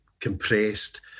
compressed